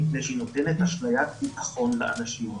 מפני שהיא נותנת אשליית ביטחון לאנשים.